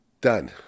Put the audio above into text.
Done